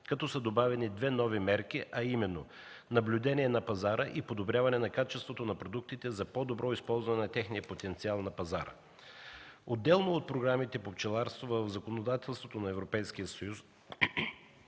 като са добавени две нови мерки, а именно: наблюдение на пазара и подобряване на качеството на продуктите за по-добро използване на техния потенциал на пазара. Отделно от програмите за пчеларство в законодателството на Европейския съюз